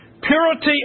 purity